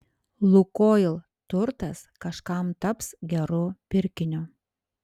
lukoil turtas kažkam taps geru pirkiniu